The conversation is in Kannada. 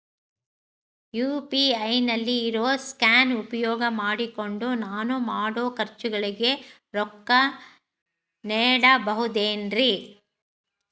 ಯು.ಪಿ.ಐ ನಲ್ಲಿ ಇರೋ ಸ್ಕ್ಯಾನ್ ಉಪಯೋಗ ಮಾಡಿಕೊಂಡು ನಾನು ಮಾಡೋ ಖರ್ಚುಗಳಿಗೆ ರೊಕ್ಕ ನೇಡಬಹುದೇನ್ರಿ?